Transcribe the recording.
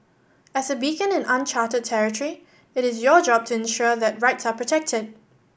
as a beacon in uncharted territory it is your job to ensure that right are protected